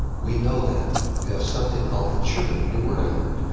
we know that you have something called the churn, a new word i learned,